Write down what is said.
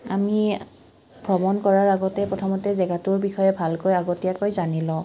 আমি ভ্ৰমণ কৰাৰ আগতে প্ৰথমতে জেগাটোৰ বিষয়ে ভালকৈ আগতীয়াকৈ জানি লওঁ